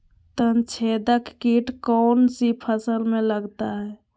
तनाछेदक किट कौन सी फसल में लगता है?